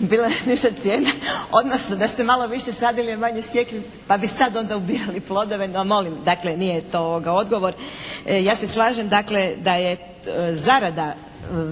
bile niže cijene, odnosno da ste malo više sadili, a manje sjekli pa bi sad onda ubirali plodove. No molim, dakle nije to odgovor. Ja se slažem dakle da je zarada